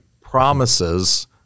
promises